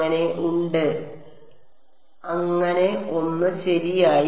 അങ്ങനെ ഉണ്ട് അങ്ങനെ ഒന്ന് ശരിയാണ്